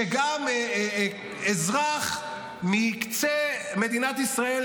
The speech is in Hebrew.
כך שגם אזרח מקצה מדינת ישראל,